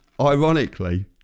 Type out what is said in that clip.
Ironically